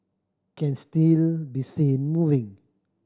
can still be seen moving